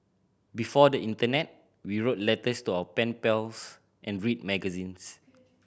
before the internet we wrote letters to our pen pals and read magazines